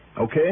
Okay